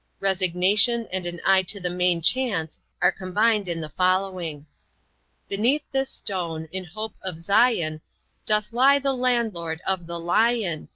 resignation and an eye to the main chance are combined in the following beneath this stone, in hope of zion doth lie the landlord of the lion,